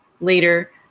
later